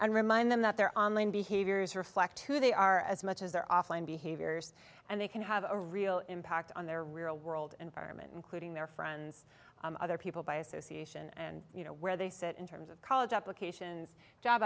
and remind them that their online behaviors reflect who they are as much as their offline behaviors and they can have a real impact on their real world and including their friends other people by association and you know where they sit in terms of college applications job